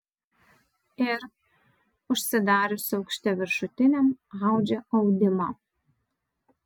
ir užsidarius aukšte viršutiniam audžia audimą